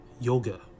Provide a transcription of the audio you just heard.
yoga